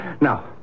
Now